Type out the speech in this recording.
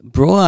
Bro